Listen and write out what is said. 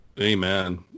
Amen